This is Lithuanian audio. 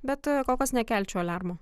bet kol kas nekelčiau aliarmo